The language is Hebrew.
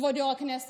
כבוד יו"ר הישיבה?